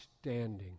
standing